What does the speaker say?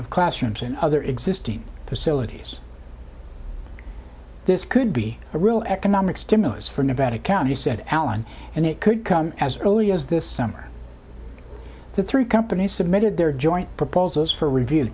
of classrooms and other existing facilities this could be a real economic stimulus for nevada county said allen and it could come as early as this summer the three companies submitted their joint proposals for review